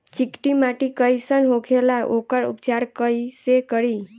चिकटि माटी कई सन होखे ला वोकर उपचार कई से करी?